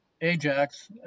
Ajax